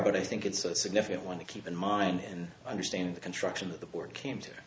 but i think it's a significant one to keep in mind and understand the construction of the word came t